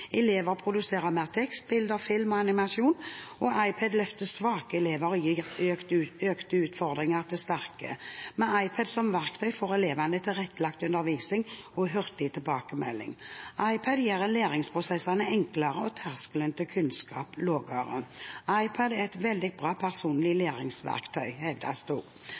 Elever produserer mer tekst, bilder, film og animasjon, og iPad løfter svake elever og gir økte utfordringer til sterke elever. Med iPad som verktøy får elevene tilrettelagt undervisning og hurtig tilbakemelding. iPad gjør læringsprosessene enklere og terskelen til kunnskap lavere. iPad er et veldig bra personlig læringsverktøy,